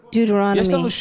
Deuteronomy